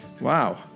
wow